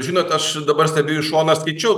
žinot aš dabar stebiu iš šono skaičiau